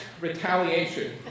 retaliation